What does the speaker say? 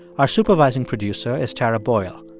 our supervising producer is tara boyle.